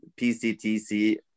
PCTC